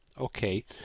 okay